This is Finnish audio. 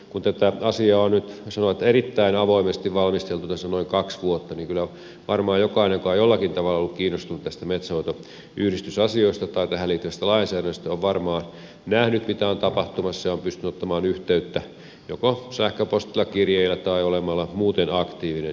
kun tätä asiaa on nyt voisi sanoa erittäin avoimesti valmisteltu tässä noin kaksi vuotta niin kyllä varmaan jokainen joka on jollakin tavalla ollut kiinnostunut näistä metsänhoitoyhdistysasioista tai tähän liittyvästä lainsäädännöstä on nähnyt mitä on tapahtumassa ja on pystynyt ottamaan yhteyttä joko sähköpostilla kirjeellä tai olemalla muuten aktiivinen